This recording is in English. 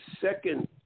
second